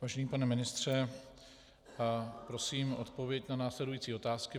Vážený pane ministře, prosím o odpověď na následující otázky.